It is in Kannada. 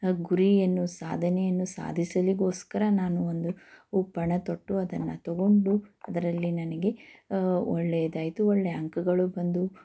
ಗುರಿಯನ್ನು ಸಾಧನೆಯನ್ನು ಸಾಧಿಸಲಿಕ್ಕೋಸ್ಕರ ನಾನು ಒಂದು ಪಣ ತೊಟ್ಟು ಅದನ್ನು ತಗೊಂಡು ಅದರಲ್ಲಿ ನನಗೆ ಒಳ್ಳೆಯದಾಯಿತು ಒಳ್ಳೆಯ ಅಂಕಗಳು ಬಂದು